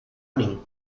mim